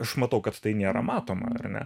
aš matau kad tai nėra matoma ar ne